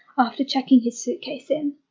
after checking his suitcase in.